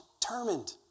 determined